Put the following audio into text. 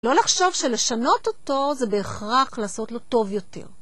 לא לחשוב שלשנות אותו זה בהכרח לעשות לו טוב יותר.